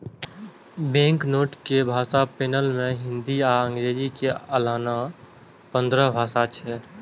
banknote के भाषा panel मे हिंदी आ अंग्रेजी के अलाना पंद्रह भाषा छै